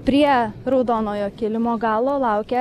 prie raudonojo kilimo galo laukia